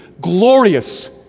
Glorious